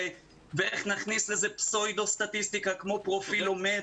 ואיך נכניס פסאודו-סטטיסטיקה כמו פרופיל "לומד"